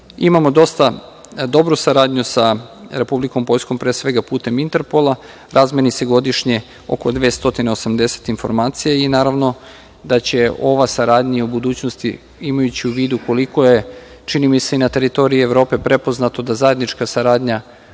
snagu. Imamo dosta dobru saradnju sa Republikom Poljskom, pre svega putem Interpola. Razmeni se godišnje oko 280 informacija i naravno da će ova saradnja i u budućnosti, imajući u vidu koliko je, čini mi se, na teritoriji Evrope prepoznato, zajednička saradnja